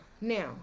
now